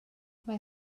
mae